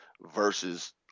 versus